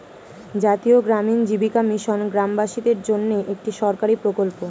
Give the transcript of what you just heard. জাতীয় গ্রামীণ জীবিকা মিশন গ্রামবাসীদের জন্যে একটি সরকারি প্রকল্প